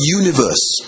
universe